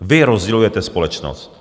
Vy rozdělujete společnost.